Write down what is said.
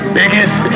biggest